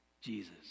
Jesus